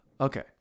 okay